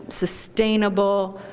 sustainable,